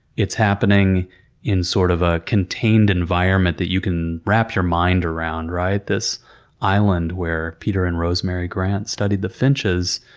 it's happening in, sort of, a contained environment that you can wrap your mind around, right? this island where peter and rosemary grant studied the finches,